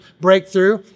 breakthrough